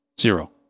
zero